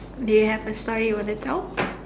do you have a story you want to tell